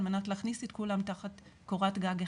על מנת להכניס את כולם תחת קורת גג אחת.